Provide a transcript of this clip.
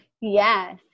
Yes